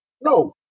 No